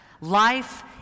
Life